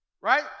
right